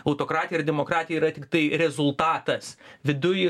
autokratija ir demokratija yra tiktai rezultatas viduj